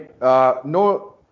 no